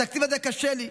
התקציב הזה קשה לי,